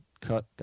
cut